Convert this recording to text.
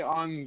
on